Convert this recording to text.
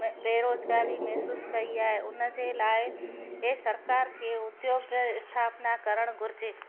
बेरोज़गारी महसूसु कई आहे उन जे लाइ इहा सरकार खे उद्योग स्थापना करणु घुरिजे